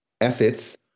assets